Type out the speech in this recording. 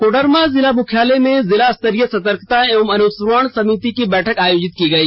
कोडरमा जिला मुख्यालय में जिला स्तरीय सतर्कता एवं अनुश्रवण समिति की बैठक आयोजित की गई